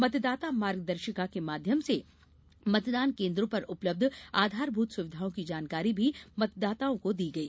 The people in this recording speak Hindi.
मतदाता मार्गदर्शिका के माध्यम से मतदान केन्द्रों पर उपलब्ध आधारभूत सुविधाओं की जानकारी भी मतदाताओं को दी गई